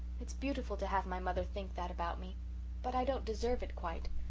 it's beautiful to have my mother think that about me but i don't deserve it quite.